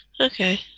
Okay